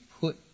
put